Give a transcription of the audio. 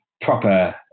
proper